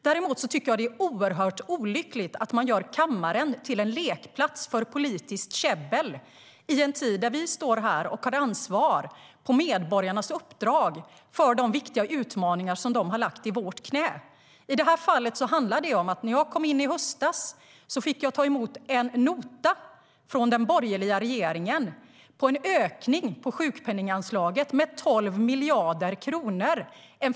Däremot tycker jag att det är oerhört olyckligt att man gör kammaren till en lekplats för politiskt käbbel i en tid där vi står här och på medborgarnas uppdrag har ansvar för de viktiga utmaningar som de har lagt i vårt knä. I det här fallet handlar det om att när jag kom in i höstas fick jag ta emot en nota från den borgerliga regeringen på en ökning av sjukpenninganslaget med 12 miljarder kronor.